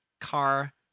car